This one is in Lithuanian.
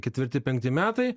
ketvirti penkti metai